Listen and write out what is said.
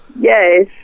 Yes